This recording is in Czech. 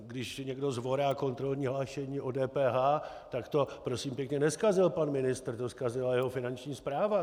Když někdo zvorá kontrolní hlášení o DPH, tak to prosím pěkně nezkazil pan ministr, to zkazila jeho Finanční správa.